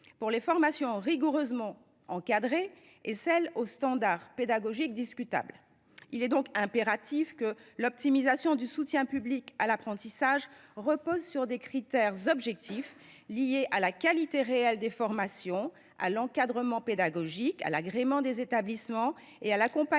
pour les formations rigoureusement encadrées et pour celles dont les standards pédagogiques sont discutables. Il est donc impératif que l’optimisation du soutien public à l’apprentissage repose sur des critères objectifs liés à la qualité réelle des formations, à l’encadrement pédagogique, à l’agrément des établissements et à l’accompagnement